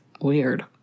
weird